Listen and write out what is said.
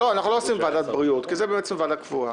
אנחנו לא עושים ועדת בריאות כי זה בעצם ועדה קבועה.